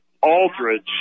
Aldridge